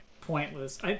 pointless